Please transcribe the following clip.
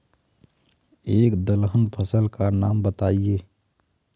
एक दलहन फसल का नाम बताइये